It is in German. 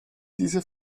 diese